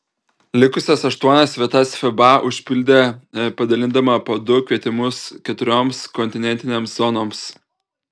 likusias aštuonias vietas fiba užpildė padalindama po du kvietimus keturioms kontinentinėms zonoms